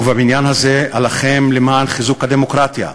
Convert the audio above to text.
ובבניין הזה אלחם למען חיזוק הדמוקרטיה,